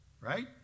Right